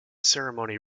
ceremony